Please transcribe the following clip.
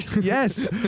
Yes